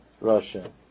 Russia